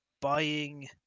buying